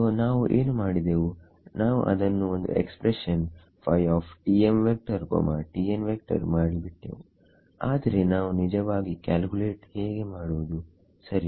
ಸೋನಾವು ಏನು ಮಾಡಿದೆವು ನಾವು ಅದನ್ನು ಒಂದು ಎಕ್ಸ್ಪ್ರೆಷನ್ ಮಾಡಿ ಬಿಟ್ಟೆವುಆದರೆ ನಾವು ನಿಜವಾಗಿ ಕ್ಯಾಲ್ಕುಲೇಟ್ ಹೇಗೆ ಮಾಡುವುದು ಸರಿ